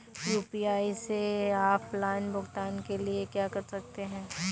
UPI से offline भुगतान के लिए क्या कर सकते हैं?